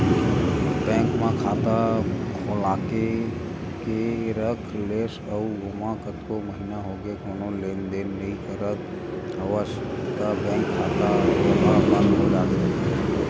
bank म खाता खोलाके के रख लेस अउ ओमा कतको महिना होगे कोनो लेन देन नइ करत हवस त बेंक के खाता ओहा बंद हो जाथे